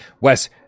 Wes